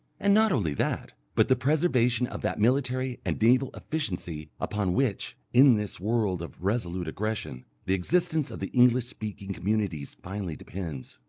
and not only that, but the preservation of that military and naval efficiency upon which, in this world of resolute aggression, the existence of the english-speaking communities finally depends.